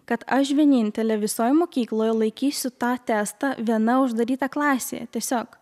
kad aš vienintelė visoj mokykloj laikysiu tą testą viena uždaryta klasėje tiesiog